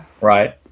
right